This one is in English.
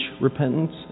repentance